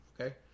Okay